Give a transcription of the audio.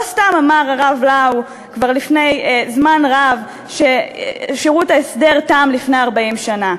לא סתם אמר הרב לאו כבר לפני זמן רב ששירות ההסדר תם לפני 40 שנה,